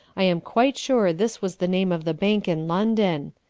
i am quite sure this was the name of the bank in london.